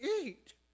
eat